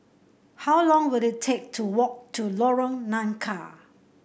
how long will it take to walk to Lorong Nangka